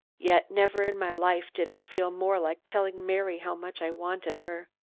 yet never in my life did i feel more like telling mary how much i wanted her.